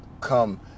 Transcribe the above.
come